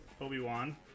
Obi-Wan